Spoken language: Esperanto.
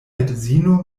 edzino